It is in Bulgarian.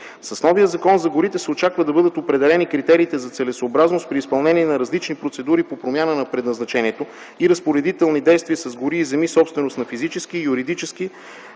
С новия Закон за горите се очаква да бъдат определени критериите за целесъобразност при изпълнение на различни процедури по промяна на предназначението и разпоредителни действия с гори и земи – собственост на физически и юридически